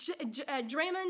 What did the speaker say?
Draymond